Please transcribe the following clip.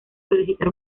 solicitar